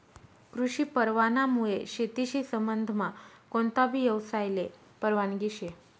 कृषी परवानामुये शेतीशी संबंधमा कोणताबी यवसायले परवानगी शे